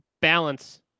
balance